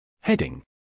Heading